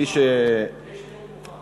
יש נאום מוכן.